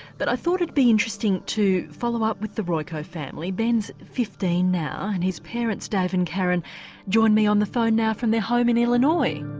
but i thought it would be interesting to follow up with the royko family. ben's fifteen now and his parents dave and karen join me on the phone now from their home in illinois.